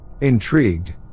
Intrigued